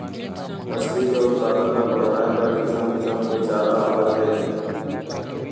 मछरी के उत्पादन ल बड़हाए बर किसम किसम के चारा आवत हे